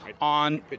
on